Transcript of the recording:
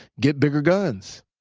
get bigger guns.